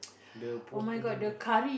the